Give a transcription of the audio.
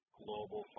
global